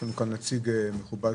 יש לנו נציג מכובד,